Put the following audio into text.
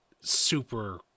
super